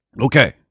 Okay